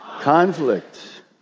conflict